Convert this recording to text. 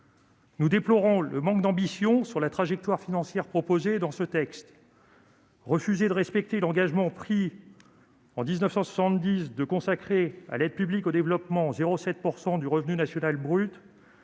Nous déplorons le manque d'ambition de la trajectoire financière proposée dans ce texte. Refuser de respecter l'engagement pris en 1970 de consacrer à l'aide publique au développement 0,7 % du revenu national brut